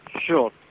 Sure